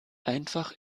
einfach